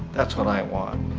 that's what i want.